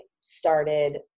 started